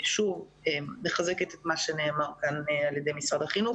אז אני שוב מחזקת את מה שנאמר כאן על ידי משרד החינוך,